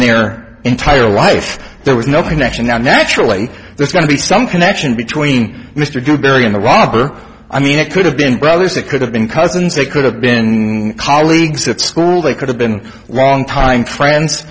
their entire life there was no connection naturally there's going to be some connection between mr dewberry and the robber i mean it could have been brothers it could have been cousins they could have been colleagues at school they could have been wrong time friends